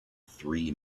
three